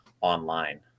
online